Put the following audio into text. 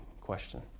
question